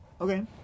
Okay